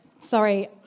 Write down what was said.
Sorry